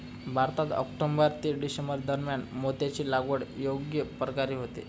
भारतात ऑक्टोबर ते डिसेंबर दरम्यान मोत्याची लागवड योग्य प्रकारे होते